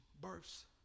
births